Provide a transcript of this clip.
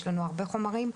יש לנו הרבה חומרים,